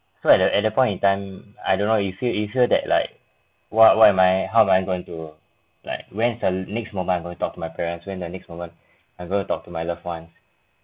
so at that at that point in time I don't know you feel you feel that like what what am I how am I going to like when's the next moment I'm going to talk to my parents when the next moment I'm going to talk to my love ones